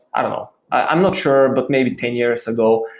i don't know. i'm not sure, but maybe ten years ago.